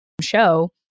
show